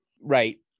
Right